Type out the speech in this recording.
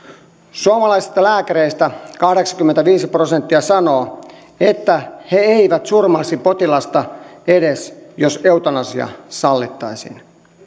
suomalaisista lääkäreistä kahdeksankymmentäviisi prosenttia sanoo että he eivät surmaisi potilasta edes jos eutanasia sallittaisiin